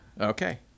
Okay